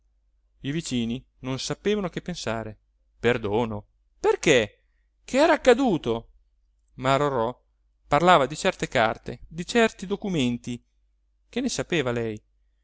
i vicini non sapevano che pensare perdono perché che era accaduto ma rorò parlava di certe carte di certi documenti che ne sapeva lei